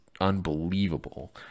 unbelievable